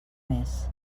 més